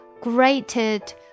grated